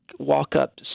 walk-up